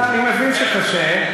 אני מבין שקשה,